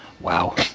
Wow